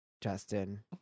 Justin